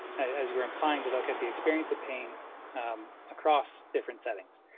as we're implying to look at the experience of pain across different settings,